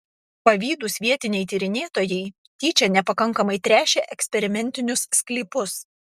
pavydūs vietiniai tyrinėtojai tyčia nepakankamai tręšė eksperimentinius sklypus